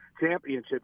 championship